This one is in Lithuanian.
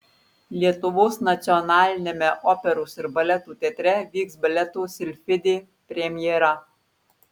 lietuvos nacionaliniame operos ir baleto teatre vyks baleto silfidė premjera